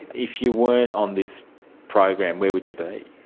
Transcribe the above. if you weren't on this program, where would you be?